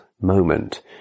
moment